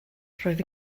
roedd